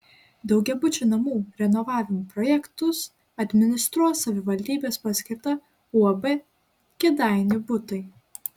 daugiabučių namų renovavimo projektus administruos savivaldybės paskirta uab kėdainių butai